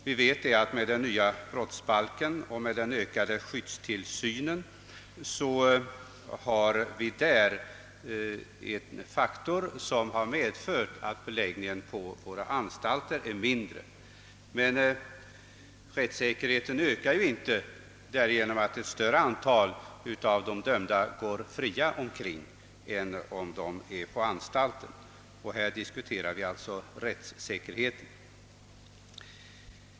Vi vet att den nya brottsbalken med möjligheter till ökad skyddstillsyn har medfört att beläggningen på anstalterna är lägre, Rättssäkerheten ökar emellertid inte genom att ett större antal av de dömda går omkring fria, tvärtom, och här diskuterar vi rättssäkerheten.